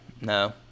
No